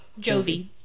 Jovi